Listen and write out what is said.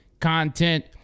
content